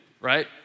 right